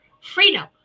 freedom